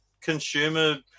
consumer